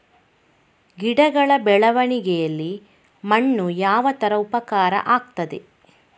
ಗಿಡಗಳ ಬೆಳವಣಿಗೆಯಲ್ಲಿ ಮಣ್ಣು ಯಾವ ತರ ಉಪಕಾರ ಆಗ್ತದೆ?